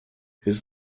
his